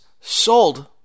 sold